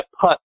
putt